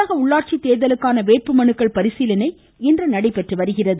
தமிழக உள்ளாட்சி தோதலுக்கான வேட்புமனுக்கள் பரிசீலனை இன்று நடைபெறுகிறது